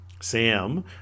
Sam